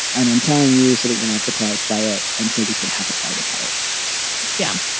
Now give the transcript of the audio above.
and i'm telling you so that you're not surprised by it and so we can have a fight about it yeah.